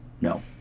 No